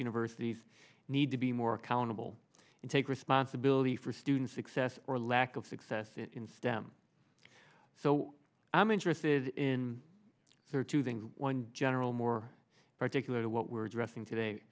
universities need to be more accountable and take responsibility for students success or lack of success in stem so i'm interested in for two things one general more particular to what we're dressing today